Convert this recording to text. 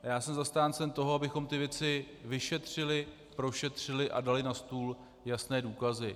Já jsem zastáncem toho, abychom ty věci vyšetřili, prošetřili a dali na stůl jasné důkazy.